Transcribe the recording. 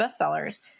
bestsellers